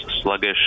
sluggish